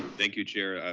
thank you chair.